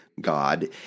God